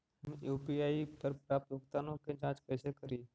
हम यु.पी.आई पर प्राप्त भुगतानों के जांच कैसे करी?